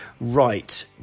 Right